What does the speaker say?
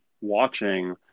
watching